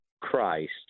Christ